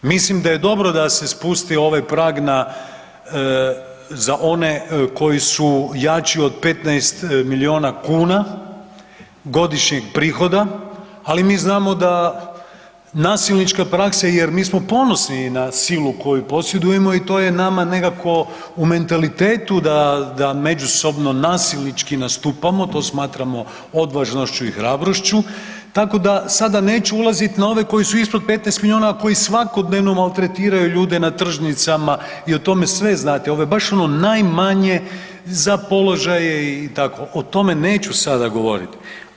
Mislim da je dobro da se spusti ovaj prag za one koji su jači od 15 milijuna kuna godišnjeg prihoda, ali mi znamo da nasilnička praksa jer mi smo ponosni na silu koju posjedujemo i to je nama nekako u mentalitetu da međusobno nasilnički nastupamo, to smatramo odvažnošću i hrabrošću tako da sada neću ulaziti na ove koji su ispod 15 milijuna, ali koji svakodnevno maltretiraju ljude na tržnicama i o tome sve znate ovo je ono baš najmanje za položaje i tako, o tome neću sada govoriti.